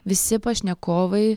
visi pašnekovai